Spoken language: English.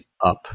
up